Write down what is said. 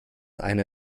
einer